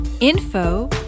info